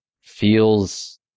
feels